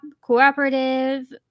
cooperative